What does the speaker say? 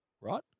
right